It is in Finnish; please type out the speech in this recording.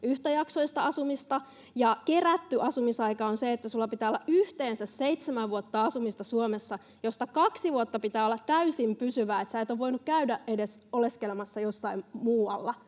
yhtäjaksoista asumista, ja kerätty asumisaika on sellainen, että sinulla pitää olla yhteensä seitsemän vuotta asumista Suomessa, josta kaksi vuotta pitää olla täysin pysyvää niin, että sinä et ole voinut käydä edes oleskelemassa jossain muualla.